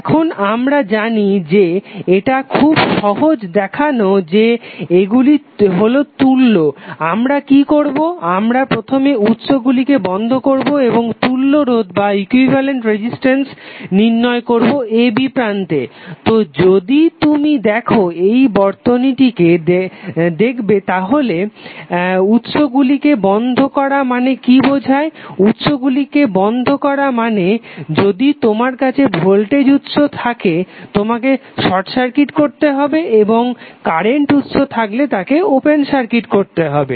এখন আমরা জানি যে এটা খুব সহজ দেখানো যে এগুলি হলো তুল্য আমরা কি করবো আমরা প্রথমে উৎসগুলিকে বন্ধ করবো এবং তুল্য রোধ নির্ণয় করবো ab প্রান্তে তো যদি তুমি দেখো এই বর্তনীটিকে দেখো তাহলে উৎসগুলিকে বন্ধ করা মানে কি বোঝায় উৎসগুলিকে বন্ধ করা মানে যদি তোমার কাছে ভোল্টেজ উৎস থাকে তোমাকে সেটাকে শর্ট সার্কিট করতে হবে এবং কারেন্ট উৎস থাকলে তাকে ওপেন সার্কিট করতে হবে